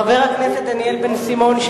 חבר הכנסת דניאל בן-סימון.